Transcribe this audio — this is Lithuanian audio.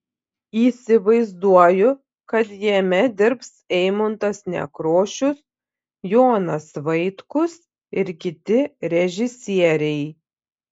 įsivaizduoju kad jame dirbs eimuntas nekrošius jonas vaitkus ir kiti režisieriai